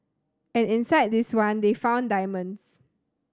and inside this one they found diamonds